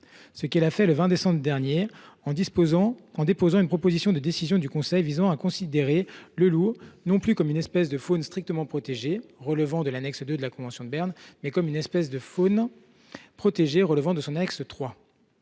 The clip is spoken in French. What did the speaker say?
ce qu’elle a fait le 20 décembre dernier en déposant une proposition de décision du Conseil visant à considérer le loup non plus comme une espèce de faune « strictement protégée », relevant de l’annexe II de la convention de Berne, mais comme une espèce de faune « protégée », relevant de son annexe